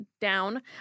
down